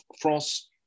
France